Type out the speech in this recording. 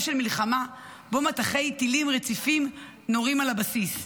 של מלחמה שבו מטחי טילים רציפים נורים על הבסיס,